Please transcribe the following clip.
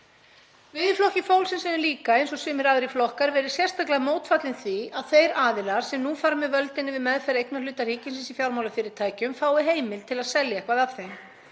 Við í Flokki fólksins höfum líka, eins og sumir aðrir flokkar, verið sérstaklega mótfallin því að þeir aðilar sem nú fara með völdin yfir meðferð eignarhluta ríkisins í fjármálafyrirtækjum fái heimild til að selja eitthvað af þeim.